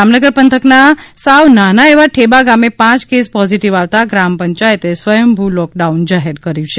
જામનગર પંથકના સાવ નાના એવા ઠેબા ગામે પાંચ કેસ પોજિટિવ આવતા ગ્રામ પંચાયતે સ્વયંભુ લોક ડાઉન જાહેર કરી દીધું છે